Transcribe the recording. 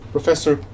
Professor